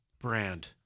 Brand